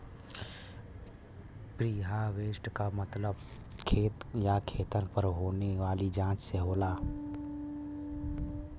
preharvest क मतलब खेत या खेतन पर होने वाली जांच से होला